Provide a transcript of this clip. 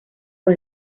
fue